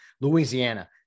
Louisiana